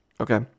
okay